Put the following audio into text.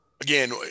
again